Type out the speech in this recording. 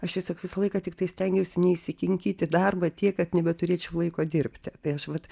aš tiesiog visą laiką tiktai stengiausi neįsikinkyt į darbą tiek kad nebeturėčiau laiko dirbti tai aš vat